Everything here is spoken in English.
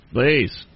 Please